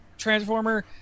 Transformer